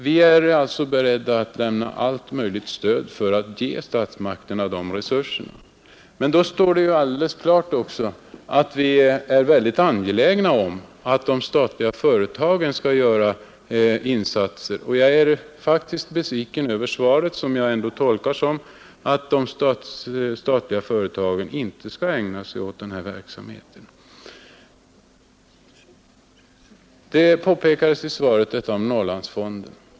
Vi är alltså beredda att lämna allt möjligt stöd för att ge statsmakterna de resurser som behövs, men då står det också alldeles klart att vi är väldigt angelägna om att de statliga företagen skall göra insatser. Därför är jag faktiskt besviken över svaret, som jag ändå tolkar så, att de statliga företagen inte skall ägna sig åt den här verksamheten. I svaret pekades det på Norrlandsfonden.